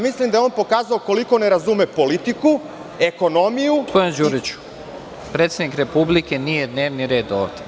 Mislim, da je on pokazao koliko ne razume politiku, ekonomiju…. (Predsednik: gospodine Đuriću, predsednik Republike nije dnevni red ovde.